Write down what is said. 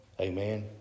Amen